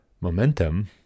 momentum